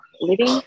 Living